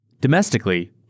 Domestically